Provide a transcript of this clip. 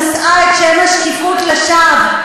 נשאה את שם השקיפות לשווא.